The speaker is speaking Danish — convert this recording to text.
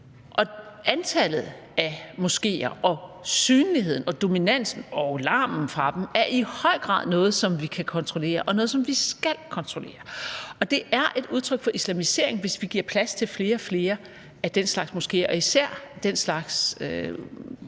antallet af moskéer og synligheden og dominansen og larmen fra dem er i høj grad noget, som vi kan kontrollere, og noget, som vi skal kontrollere. Og det er et udtryk for islamisering, hvis vi giver plads til flere og flere af den slags moskéer, og især af den slags, der